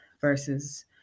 versus